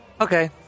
Okay